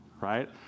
right